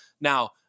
now